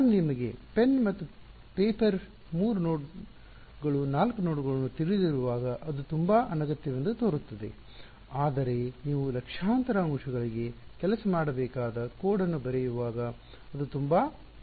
ನಾನು ನಿಮಗೆ ಪೆನ್ ಮತ್ತು ಪೇಪರ್ನಲ್ಲಿ ಮೂರು ನೋಡ್ಗಳು ನಾಲ್ಕು ನೋಡ್ಗಳನ್ನು ತಿಳಿದಿರುವಾಗ ಅದು ತುಂಬಾ ಅನಗತ್ಯವೆಂದು ತೋರುತ್ತದೆ ಆದರೆ ನೀವು ಲಕ್ಷಾಂತರ ಅಂಶಗಳಿಗೆ ಕೆಲಸ ಮಾಡಬೇಕಾದ ಕೋಡ್ ಅನ್ನು ಬರೆಯುವಾಗ ಅದು ತುಂಬಾ ಅಗತ್ಯವಾಗಿರುತ್ತದೆ